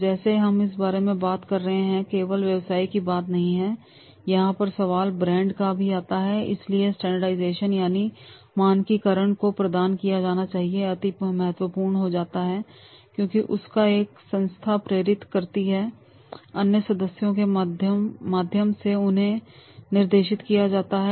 जैसे हम इस बारे में बात कर रहे हैं यह केवल व्यवसाय की बात नहीं है यहां पर सवाल ब्रैंड का भी आता है इसलिए वह स्टैंडर्डाइजेशन यानी मानकीकरण को प्रदान किया जाना अति महत्वपूर्ण हो जाता है क्योंकि उसको एक संस्था प्रेरित करती है और अन्य सदस्यों के माध्यम से उसे निर्देशित किया जाता है